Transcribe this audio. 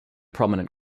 prominent